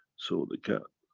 so the cat,